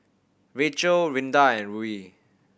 Rachel Rinda and Ruie